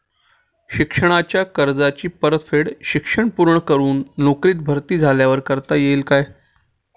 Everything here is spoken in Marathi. शिक्षणाच्या कर्जाची परतफेड शिक्षण पूर्ण करून नोकरीत भरती झाल्यावर करता येईल काय?